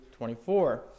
24